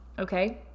Okay